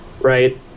Right